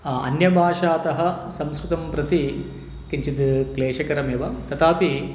अन्यभाषातः संस्कृतं प्रति किञ्चित् क्लेशकरम् एव तथापि